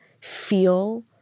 feel